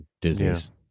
Disney's